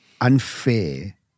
unfair